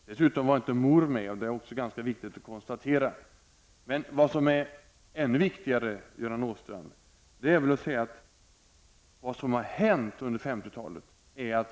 Dessutom var inte mor med, och det är ganska viktigt att konstatera. Vad som är ännu viktigare, Göran Åstrand, är väl att se vad som har hänt sedan 50-talet.